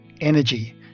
energy